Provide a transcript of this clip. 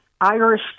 Irish